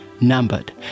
numbered